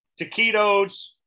taquitos